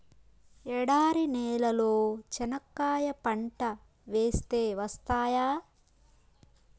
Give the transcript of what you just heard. ఎడారి నేలలో చెనక్కాయ పంట వేస్తే వస్తాయా?